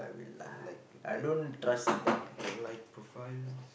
uh like like l~ like profiles